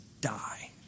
die